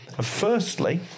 firstly